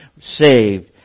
saved